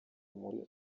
muri